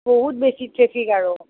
বহুত বেছি ট্ৰেফিক আৰু